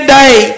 day